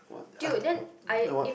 what I what